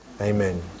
Amen